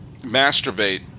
masturbate